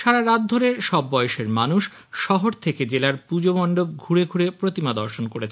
সারারাত ধরে সব বয়সের মানুষ শহর থেকে জেলার পুজো মন্ডপ ঘুরে ঘুরে প্রতিমা দর্শন করেছেন